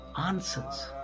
answers